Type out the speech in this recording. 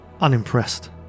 unimpressed